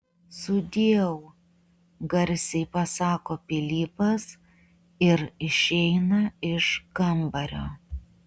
sudieu garsiai pasako pilypas ir išeina iš kambario